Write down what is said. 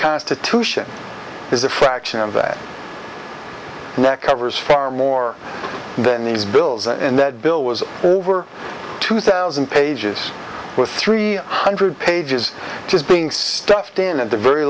constitution is a fraction of that neck evers far more than these bills and that bill was over two thousand pages with three hundred pages just being stuffed in at the very